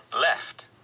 left